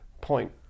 point